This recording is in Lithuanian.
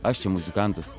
aš čia muzikantas